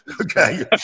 Okay